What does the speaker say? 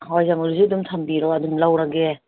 ꯍꯋꯥꯏꯖꯥꯔ ꯃꯔꯨꯁꯨ ꯑꯗꯨꯝ ꯊꯝꯕꯤꯔꯣ ꯑꯗꯨꯝ ꯂꯧꯔꯒꯦ